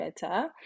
better